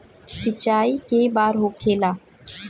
सिंचाई के बार होखेला?